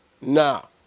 Now